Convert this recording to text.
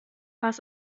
was